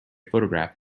photograph